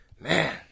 Man